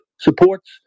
supports